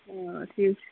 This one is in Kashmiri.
آ ٹھیٖک چھُ